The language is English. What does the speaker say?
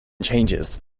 changes